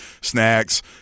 snacks